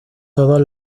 todos